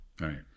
Right